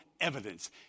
evidence